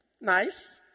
Nice